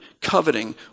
coveting